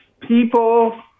people